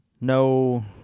No